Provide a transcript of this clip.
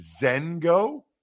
Zengo